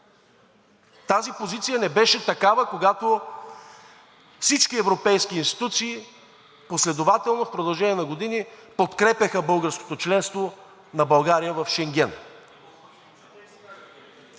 Тази позиция не беше такава, когато всички европейски институции последователно, в продължение на години подкрепяха българското членство на България в Шенген.